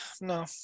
No